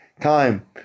time